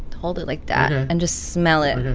hold it like that and just smell it